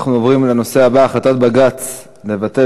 אנחנו עוברים לנושא הבא: החלטת בג"ץ לבטל